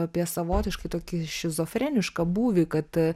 apie savotiškai tokį šizofrenišką būvį kad